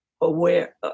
aware